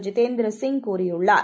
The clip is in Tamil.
ஜிதேந்திர சிங் கூறியுள்ளார்